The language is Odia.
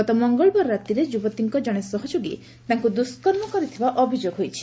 ଗତ ମଙ୍ଗଳବାର ରାତିରେ ଯୁବତୀଙ୍କ ଜଶେ ସହଯୋଗୀ ତାଙ୍କୁ ଦୁଷ୍ୱର୍ମ କରିଥିବା ଅଭିଯୋଗ ହୋଇଛି